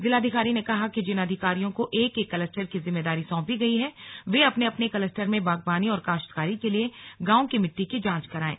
जिलाधिकारी ने कहा कि जिन अधिकारियों को एक एक कलस्टर की जिम्मेदारी सौंपी गई है वे अपने अपने कलस्टर में बागवानी और काश्तकारी के लिए गांवों की मिट्टी की जांच कराएं